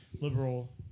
liberal